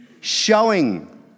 showing